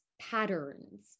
patterns